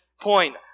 point